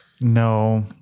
no